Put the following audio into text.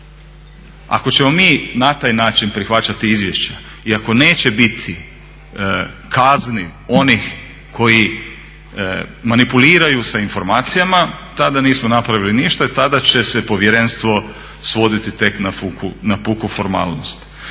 Ako ćemo mi na taj način prihvaćati izvješća i ako neće biti kazni onih koji manipuliraju sa informacijama tada nismo napravili ništa i tada će se povjerenstvo svoditi tek na puku formalnost.